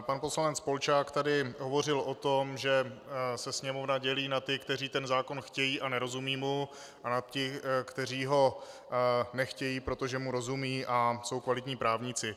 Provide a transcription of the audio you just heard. Pan poslanec Polčák tady hovořil o tom, že se Sněmovna dělí na ty, kteří ten zákon chtějí a nerozumí mu, a ty, kteří ho nechtějí, protože mu rozumí a jsou kvalitní právníci.